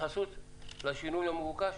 התייחסות לשינוי המבוקש.